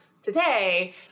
today